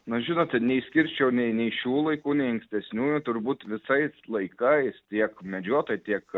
na žinote neišskirčiau nei nei šių laikų nei ankstesniųjų turbūt visais laikais tiek medžiotojai tiek